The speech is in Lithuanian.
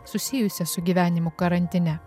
susijusią su gyvenimu karantine